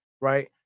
Right